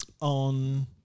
on